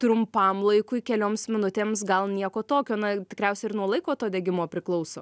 trumpam laikui kelioms minutėms gal nieko tokio na tikriausiai ir nuo laiko to degimo priklauso